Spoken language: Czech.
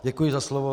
Děkuji za slovo.